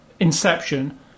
Inception